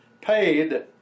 paid